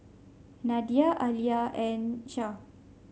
Nadia Alya and Syah